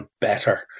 better